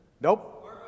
Nope